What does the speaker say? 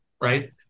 right